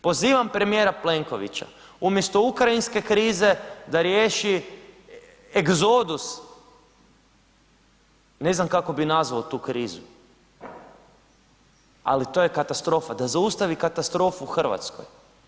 Pozivam premijera Plenkovića, umjesto ukrajinske krize da riješi egzodus, ne znam kako bih nazvao tu krizu, ali to je katastrofa, da zaustavi katastrofu u Hrvatskoj.